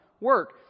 work